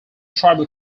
tribal